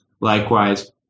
likewise